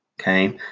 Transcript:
Okay